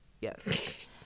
yes